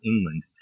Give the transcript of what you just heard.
England